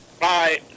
bye